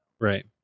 Right